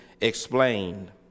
explained